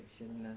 know